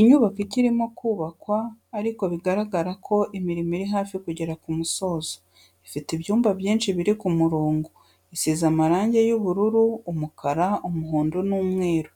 Inyubako ikirimo kubakwa ariko bigaragara ko imirimo iri hafi kugera ku musozo ifite ibyumba byinshi biri ku murongo, isize amarangi y'ubururu, umukara, umuhondo n'umweru,